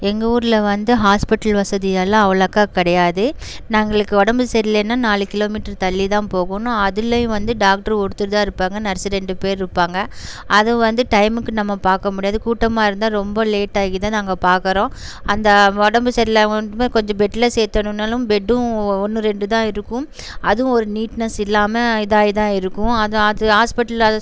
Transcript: எங்கள் ஊர்ல வந்து ஹாஸ்பிட்டல் வசதி இதெல்லாம் அவ்வளோக்கா கிடையாது நாங்களுக்கு உடம்பு சரி இல்லைன்னா நாலு கிலோ மீட்டர் தள்ளி தான் போகணும் அதிலையும் வந்து டாக்ட்ரு ஒருத்தர் தான் இருப்பாங்கள் நர்ஸ்ஸு ரெண்டு பேர் இருப்பாங்கள் அதுவும் வந்து டைமுக்கு நம்ம பார்க்க முடியாது கூட்டமாக இருந்தால் ரொம்ப லேட்டாகி தான் நாங்கள் பார்க்கறோம் அந்த உடம்பு சரி இல்லாதவங்களுக்குமே கொஞ்சம் பெட்ல சேர்த்தணுனாலும் பெட்டும் ஒ ஒன்று ரெண்டு தான் இருக்கும் அதுவும் ஒரு நீட்னஸ் இல்லாமல் இதாகி தான் இருக்கும் அது அது ஹாஸ்பிட்டல்ல